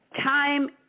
Time